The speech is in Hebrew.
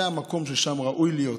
זה המקום שבו זה ראוי להיות.